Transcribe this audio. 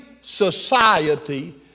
society